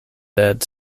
dead